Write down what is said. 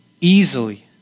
easily